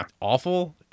awful